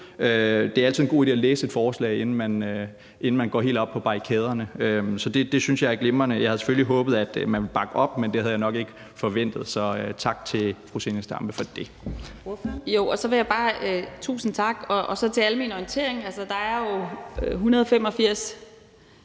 Det er altid en god idé at læse et forslag, inden man går helt op på barrikaderne – så det synes jeg er glimrende. Jeg havde selvfølgelig håbet, at man ville bakke op, men det havde jeg nok ikke forventet. Så tak til fru Zenia Stampe for det.